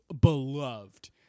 beloved